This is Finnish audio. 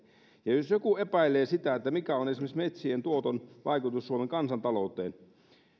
ja jos joku epäilee sitä mikä on esimerkiksi metsien tuoton vaikutus suomen kansantalouteen niin